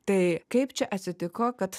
tai kaip čia atsitiko kad